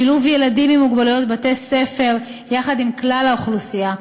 שילוב ילדים עם מוגבלויות בבתי-ספר יחד עם כלל האוכלוסייה,